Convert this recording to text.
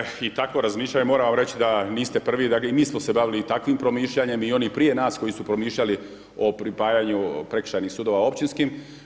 Legitimno je i takvo razmišljanje, moram vam reći da niste prvi, dakle, i mi smo se dali takvim promišljanjem i oni prije nas koji su promišljali o pripajanju prekršajnim sudova općinskim.